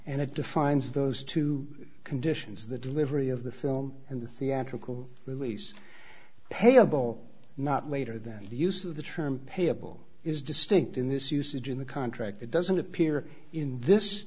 and it defines those two conditions the delivery of the film and the theatrical release payable not later than the use of the term payable is distinct in this usage in the contract it doesn't appear in this